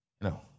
No